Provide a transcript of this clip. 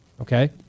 okay